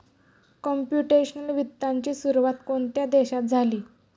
Computational वित्ताची सुरुवात कोणत्या देशात झाली?